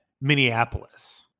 Minneapolis